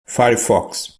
firefox